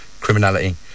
criminality